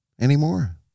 anymore